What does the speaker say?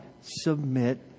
submit